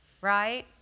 right